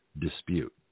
dispute